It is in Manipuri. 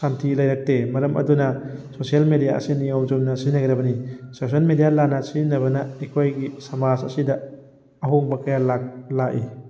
ꯁꯥꯟꯇꯤ ꯂꯩꯔꯛꯇꯦ ꯃꯔꯝ ꯑꯗꯨꯅ ꯁꯣꯁꯤꯌꯦꯜ ꯃꯦꯗꯤꯌꯥ ꯑꯁꯤ ꯅꯤꯌꯣꯝ ꯆꯨꯝꯅ ꯁꯤꯖꯤꯟꯅꯒꯗꯕꯅꯤ ꯁꯣꯁꯤꯌꯦꯜ ꯃꯤꯗꯤꯌꯥ ꯂꯥꯟꯅ ꯁꯤꯖꯤꯟꯅꯕꯅ ꯑꯩꯈꯣꯏꯒꯤ ꯁꯃꯥꯖ ꯑꯁꯤꯗ ꯑꯍꯣꯡꯕ ꯀꯌꯥ ꯂꯥꯛꯏ